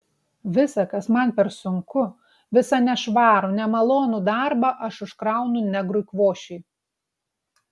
visa kas man per sunku visą nešvarų nemalonų darbą aš užkraunu negrui kvošiui